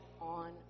on